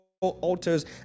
Altars